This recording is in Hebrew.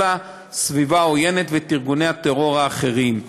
הסביבה העוינת ואת ארגוני הטרור האחרים.